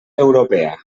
europea